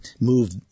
move